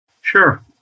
Sure